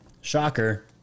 Shocker